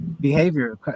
behavior